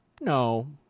no